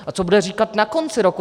A co bude říkat na konci roku 2018?